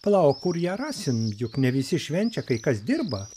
palauk kur ją rasim juk ne visi švenčia kai kas dirba